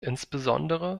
insbesondere